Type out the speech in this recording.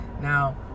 Now